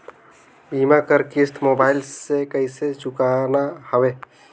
बीमा कर किस्त मोबाइल से कइसे चुकाना हवे